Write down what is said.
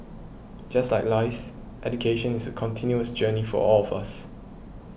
just like life education is a continuous journey for all of us